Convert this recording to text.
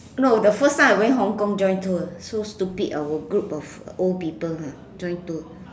no this first time I went Hong-Kong join tour so stupid our group of old people ah join tour